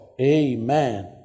Amen